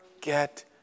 get